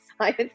science